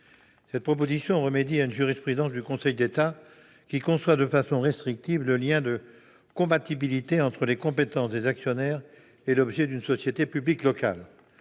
Marseille. Elle remédie à une jurisprudence du Conseil d'État qui conçoit de façon restrictive le lien de compatibilité entre les compétences des actionnaires et l'objet d'une société publique locale.